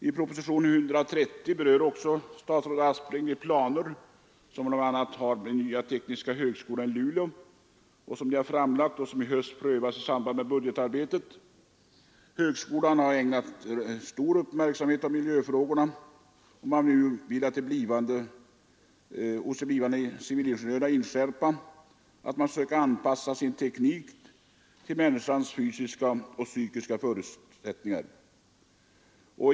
I propositionen 130 berör statsrådet Aspling de planer som bl.a. den nya tekniska högskolan i Luleå framlagt och som i höst skall prövas i samband med budgetarbetet. Högskolan har ägnat stor uppmärksamhet åt arbetsmiljöfrågorna. Man vill hos de blivande civilingenjörerna inskärpa vikten av att tekniken anpassas till människans fysiska och psykiska förutsättningar.